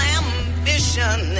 ambition